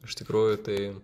iš tikrųjų tai